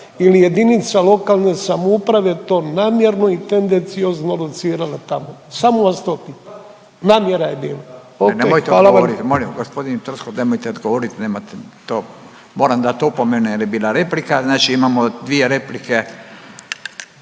ili jedinica lokalne samouprave to namjerno i tendenciozno locirala tamo. Samo vas to pitam. Namjera je bila.